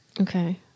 Okay